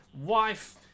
wife